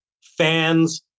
fans